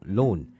loan